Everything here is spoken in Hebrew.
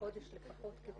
בחודש לפחות .